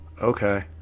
okay